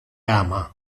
ama